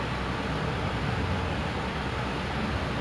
so ya so that's like the work situation but